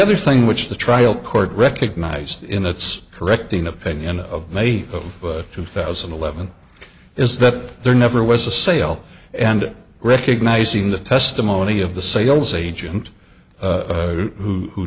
other thing which the trial court recognized in its correcting opinion of may of two thousand and eleven is that there never was a sale and recognizing the testimony of the sales agent who